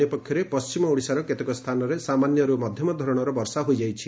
ଅନ୍ୟପକ୍ଷରେ ପଣ୍ଟିମ ଓଡ଼ିଶାର କେତେକ ସ୍ଥାନରେ ସାମାନ୍ୟରୁ ମଧ୍ଧମ ଧରଶର ବର୍ଷା ହୋଇଯାଇଛି